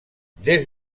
des